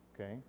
Okay